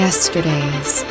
Yesterday's